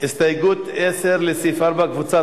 הסתייגות מס' 6, לסעיף 4, קבוצת